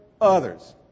others